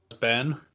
Ben